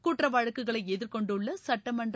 குற்றவழக்குகளைஎதிர்கொண்டுள்ளசுட்டமன்ற